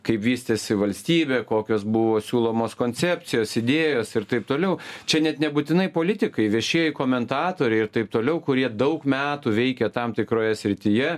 kaip vystėsi valstybė kokios buvo siūlomos koncepcijos idėjos ir taip toliau čia net nebūtinai politikai viešieji komentatoriai ir taip toliau kurie daug metų veikia tam tikroje srityje